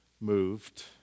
moved